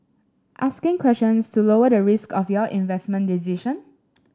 asking questions to lower the risk of your investment decision